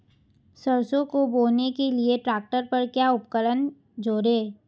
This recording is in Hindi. सरसों को बोने के लिये ट्रैक्टर पर क्या उपकरण जोड़ें?